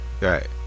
Right